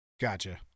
Gotcha